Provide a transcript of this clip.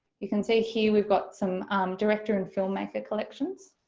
you can see here we've got some director and filmmaker collections.